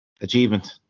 achievement